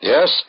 Yes